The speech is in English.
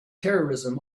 terrorism